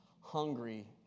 hungry